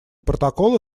протокола